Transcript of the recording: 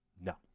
No